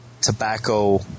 tobacco